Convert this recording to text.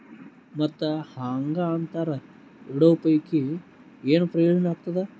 ಮತ್ತ್ ಹಾಂಗಾ ಅಂತರ ಇಡೋ ಪೈಕಿ, ಏನ್ ಪ್ರಯೋಜನ ಆಗ್ತಾದ?